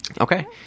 Okay